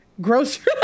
grocery